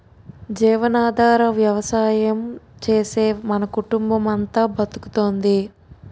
జీవనాధార వ్యవసాయం చేసే మన కుటుంబమంతా బతుకుతోంది